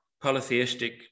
polytheistic